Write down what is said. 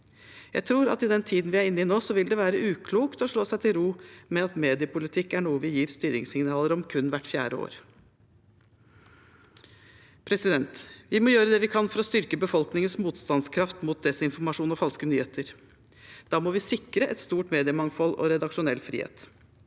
Jeg tror at i den tiden vi er inne i nå, vil det være uklokt å slå seg til ro med at mediepolitikk er noe vi gir styringssignaler om kun hvert fjerde år. Vi må gjøre det vi kan for å styrke befolkningens motstandskraft mot desinformasjon og falske nyheter. Da må vi sikre et stort mediemangfold og redaksjonell frihet.